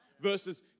versus